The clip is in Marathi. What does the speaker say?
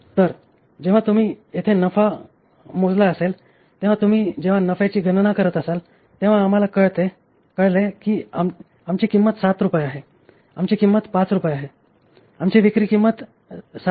तर जेव्हा तुम्ही येथे नफा मोजला असेल तेव्हा तुम्ही जेव्हा नफ्याची गणना करत असाल तेव्हा आम्हाला कळले की आमची किंमत 7 रुपये आहे आमची किंमत 5 रुपये आहे आमची विक्री किंमत 7